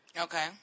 Okay